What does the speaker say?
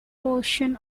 portion